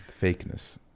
Fakeness